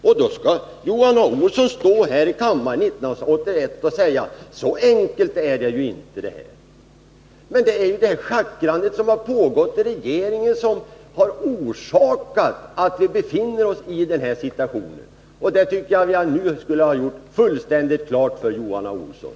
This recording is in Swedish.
Och då står Johan A. Olsson här i kammaren 1981 och säger: Så enkelt är det ju inte det här. Men det är det schackrande som har pågått i regeringen som har orsakat att vi befinner oss i denna situation, och det tycker jag skulle ha varit fullständigt klart för Johan A. Olsson.